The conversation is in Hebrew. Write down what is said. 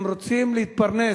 הם רוצים להתפרנס.